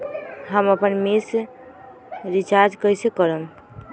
हम अपन SIM recharge कइसे करम?